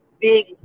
Big